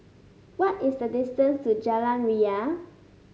what is the distance to Jalan Ria